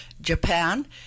Japan